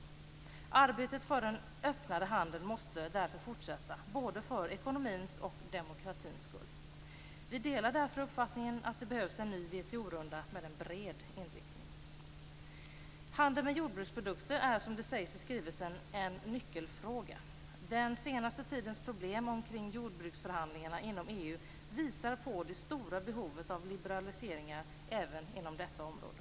Arbetet för en öppnare handel måste därför fortsätta både för ekonomins och demokratins skull. Vi delar därför uppfattningen att det behövs en ny WTO-runda med en bred inriktning. Handeln med jordbruksprodukter är, som det står i skrivelsen, en nyckelfråga. Den senaste tidens problem omkring jordbruksförhandlingarna inom EU visar på det stora behovet av liberaliseringar även inom detta område.